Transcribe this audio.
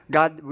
God